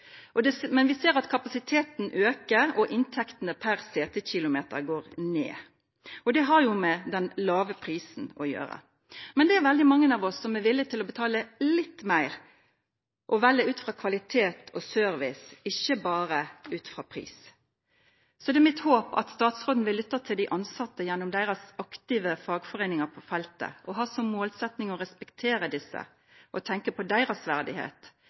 Men vi ser at kapasiteten øker og inntektene per setekilometer går ned. Det har med den lave prisen å gjøre. Men det er veldig mange av oss som er villig til å betale litt mer og velge ut fra kvalitet og service, ikke bare ut fra pris. Så det er mitt håp at statsråden vil lytte til de ansatte gjennom deres aktive fagforeninger på feltet, og har som målsetting å respektere disse og tenke på deres verdighet,